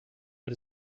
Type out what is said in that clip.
but